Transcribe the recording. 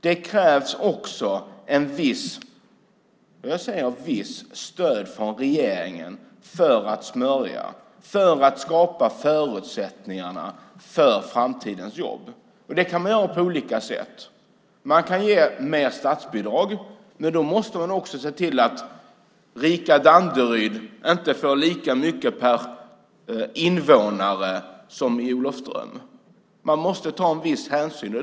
Det krävs också, menar jag, ett visst stöd från regeringen för att smörja, för att skapa förutsättningar för framtida jobb. Det kan göras på olika sätt. Man kan ge mer i statsbidrag. Men då måste man se till att rika Danderyd inte får lika mycket per invånare som Olofström får. Viss hänsyn måste tas i det avseendet.